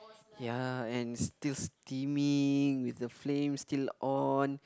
ya and still steaming with the flame still on